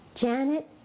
Janet